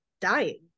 dying